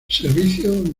servicio